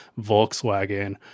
Volkswagen